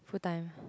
full time